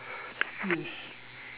yes